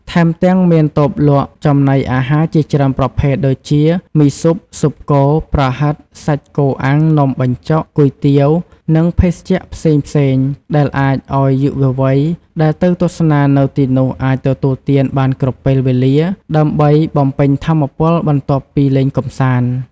ថែមទាំង មានតូបលក់ចំណីអាហារជាច្រើនប្រភេទដូចជា ម៊ីស៊ុប ស៊ុបគោ ប្រហិត សាច់គោអាំង នំបញ្ចុក គុយទាវ និងភេសជ្ជៈផ្សេងៗ ដែលអាចឱ្យយុវវ័យដែលទៅទស្សនានៅទីនោះអាចទទួលទានបានគ្រប់ពេលវេលា ដើម្បីបំពេញថាមពលបន្ទាប់ពីលេងកម្សាន្ត។